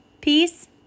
peace